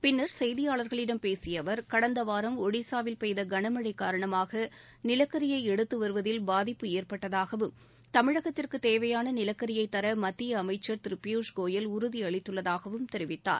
பின்னர் செய்தியாளர்களிடம் பேசியஅவர் கடந்தவாரம் ஒடிஸாவில் பெய்தகனமழைகாரணமாகநிலக்கரியைஎடுத்துவருவதில் பாதிப்பு ஏற்பட்டதாகவும் தமிழகத்திற்குதேவையானநிலக்கரியைதரமத்தியஅமைச்சர் திருபியூஷ் கோயல் உறுதிஅளித்துள்ளதாகவும் தெரிவித்தார்